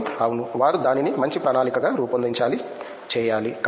హేమంత్ అవును వారు దానిని మంచి ప్రణాళిక గా రూపొందించాలి చేయాలి